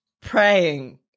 praying